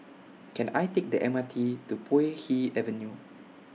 Can I Take The M R T to Puay Hee Avenue